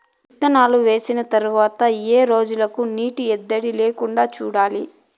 విత్తనం వేసిన తర్వాత ఏ రోజులకు నీటి ఎద్దడి లేకుండా చూడాలి?